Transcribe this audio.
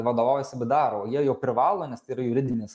vadovaujasi bdaru o jie jau privalo nes tai yra juridinis